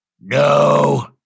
No